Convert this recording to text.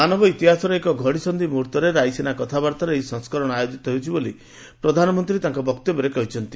ମାନବ ଇତିହାସର ଏକ ଘଡ଼ିସନ୍ଧି ମୁହୂର୍ତ୍ତରେ ରାଇସିନା କଥାବାର୍ତ୍ତାର ଏହି ସଂସ୍କରଣ ଆୟୋଜିତ ହେଉଛି ବୋଲି ପ୍ରଧାନମନ୍ତ୍ରୀ ତାଙ୍କ ବକ୍ତବ୍ୟରେ କହିଛନ୍ତି